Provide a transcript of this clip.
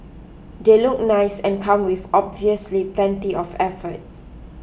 they look nice and come with obviously plenty of effort